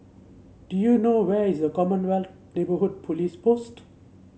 do you know where is Commonwealth Neighbourhood Police Post